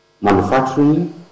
manufacturing